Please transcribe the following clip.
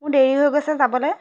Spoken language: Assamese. মোৰ দেৰি হৈ গৈছে যাবলৈ